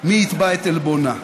מי יתבע את עלבונה?